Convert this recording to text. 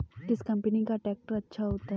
किस कंपनी का ट्रैक्टर अच्छा होता है?